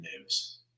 news